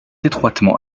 étroitement